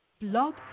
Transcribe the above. Blog